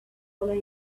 follow